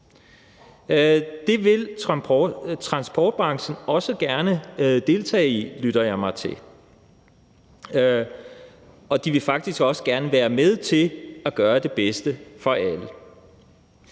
Det vil transportbranchen også gerne deltage i, lytter jeg mig til, og de vil faktisk også gerne være med til at gøre det bedste for alle.